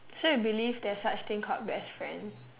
so you believe there's such thing called best friend